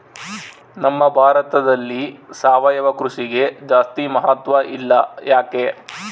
ನಮ್ಮ ಭಾರತದಲ್ಲಿ ಸಾವಯವ ಕೃಷಿಗೆ ಜಾಸ್ತಿ ಮಹತ್ವ ಇಲ್ಲ ಯಾಕೆ?